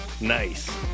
nice